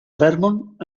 vermont